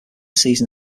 season